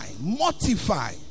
mortify